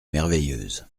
merveilleuse